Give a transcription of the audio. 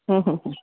હમ હમ હમ